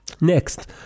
Next